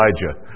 Elijah